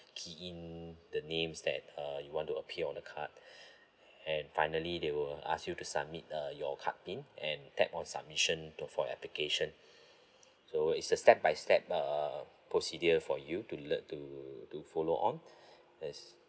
key in the names that uh you want to appear on the card and finally they will ask you to submit uh your card pin and tap on submission to for application so it's a step by step uh procedures for you to learn to to follow on yes